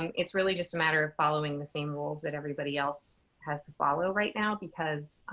um it's really just a matter of following the same rules that everybody else has to follow right now, because,